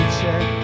check